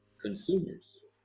consumers